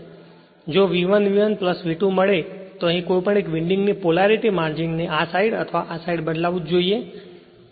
જો V1 V1 V2 મળે તો પછી કોઈપણ એક વિન્ડિંગ ના પોલરેટી માર્જિન ને આ સાઇડ અથવા આ સાઇડ બદલાવું જ જોઈએ